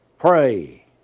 Pray